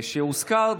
שהוזכר,